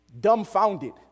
dumbfounded